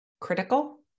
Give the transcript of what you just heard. critical